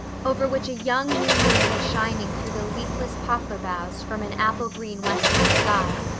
over which a young new moon was shining through the leafless poplar boughs from an apple-green western sky,